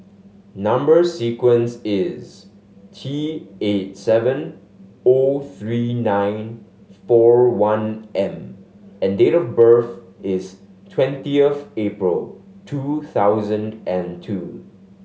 number sequence is T eight seven O three nine four one M and date of birth is twentieth April two thousand and two